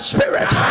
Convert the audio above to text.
Spirit